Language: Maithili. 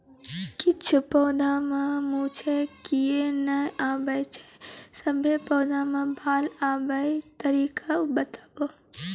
किछ पौधा मे मूँछ किये नै आबै छै, सभे पौधा मे बाल आबे तरीका बताऊ?